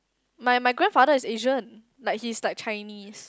my my grandfather is Asian like he's like Chinese